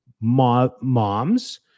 moms